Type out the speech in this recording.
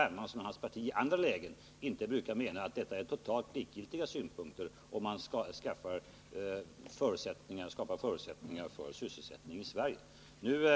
Hermansson och hans parti i andra sammanhang inte brukar mena att sådana synpunkter som baseras på att man vill skapa förutsättningar för sysselsättning i Sverige är totalt likgiltiga.